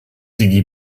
die